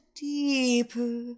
deeper